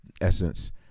essence